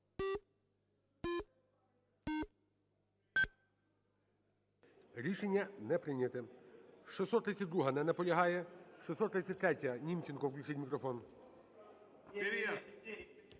Рішення не прийнято. 632-а, не наполягає. 633-я. Німченку включіть мікрофон.